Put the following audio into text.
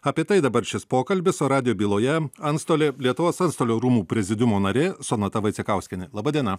apie tai dabar šis pokalbis radijo byloje antstolė lietuvos antstolių rūmų prezidiumo narė sonata vaicekauskienė laba diena